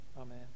Amen